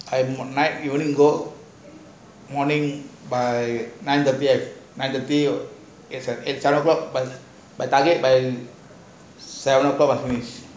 at night we only go morning by nine thirty nine thiry start eight o'clock but target by seven o'clock